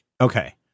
Okay